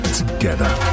together